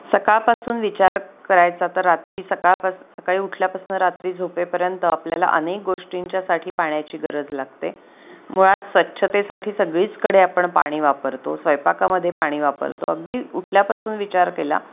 सकाळपासून विचार करायचा तर रात्री सकाळपास सकाळी उठल्यापासनं रात्री झोपेपर्यंत आपल्याला अनेक गोष्टींच्यासाठी पाण्याची गरज लागते मुळात स्वच्छतेसाठी सगळीचकडे आपण पाणी वापरतो स्वयपाकामध्ये पाणी वापरतो अगदी उठल्यापासून विचार केला